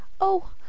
Oh